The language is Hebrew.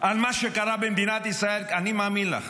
אני מאמין לך